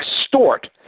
extort –